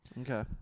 Okay